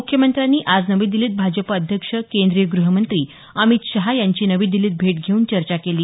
मुख्यमंत्र्यांनी आज नवी दिल्लीत भाजप अध्यक्ष केंद्रीय गृहमंत्री अमित शाह यांची नवी दिल्लीत भेट घेऊन चर्चा केली